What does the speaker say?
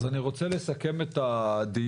אז אני רוצה לסכם את הדיון,